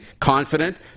confident